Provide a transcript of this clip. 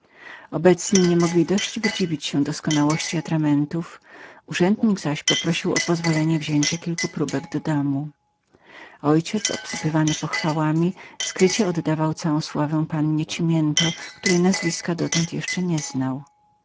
obecni nie mogli dość wydziwić się doskonałości atramentów urzędnik zaś prosił o pozwolenie wzięcia kilku próbek do domu mój ojciec osypany pochwałami skrycie oddawał całą sławę pannie cimiento której dotąd nazwiska jeszcze nie znał